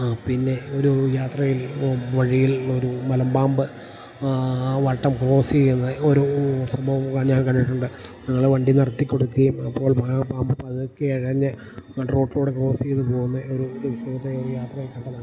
ആ പിന്നെ ഒരു യാത്രയിൽ വഴിയിൽ ഒരു മലമ്പാമ്പ് വട്ടം ക്രോസ്സ് ചെയ്യുന്ന ഒരു സംഭവം ഞാൻ കണ്ടിട്ടുണ്ട് ഞങ്ങള് വണ്ടി നിർത്തി കൊടുക്കുകയും അപ്പോൾ മലമ്പാമ്പ് പതുക്കെ ഇഴഞ്ഞ് നട് റോട്ടിലൂടെ ക്രോസ്സ് ചെയ്ത് പോകുന്ന ഒരു ദിവസത്തെ ഒരു യാത്രയിൽ കണ്ടതാണ്